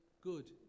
good